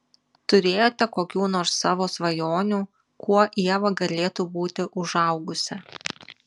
turėjote kokių nors savo svajonių kuo ieva galėtų būti užaugusi